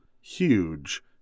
huge